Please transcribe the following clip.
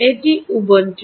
এটি উবুন্টু